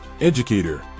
educator